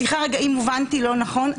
סליחה אם הובנתי לא נכון,